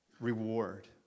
reward